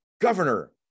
governor